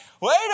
Wait